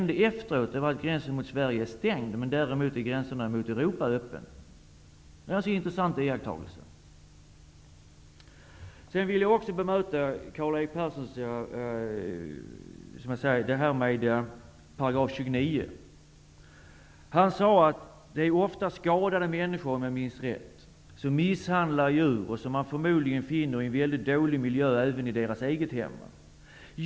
Därefter stängdes gränsen mot Sverige, medan gränserna mot Europa fortfarande är öppna. Det är en intressant iakttagelse. Carl Olov Persson tar upp innehållet i 29 §. Han sade att det oftast är skadade människor som misshandlar djur, och att de förmodligen också lever i dåliga miljöer i sina egna hem.